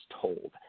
told